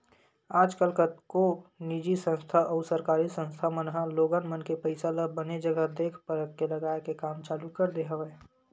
आजकल कतको निजी संस्था अउ सरकारी संस्था मन ह लोगन मन के पइसा ल बने जघा देख परख के लगाए के काम चालू कर दे हवय